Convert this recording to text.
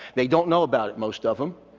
they don't know about it, most of them,